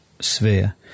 sphere